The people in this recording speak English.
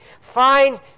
Find